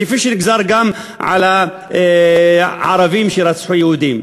כפי שנגזר גם על הערבים שרצחו יהודים,